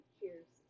Cheers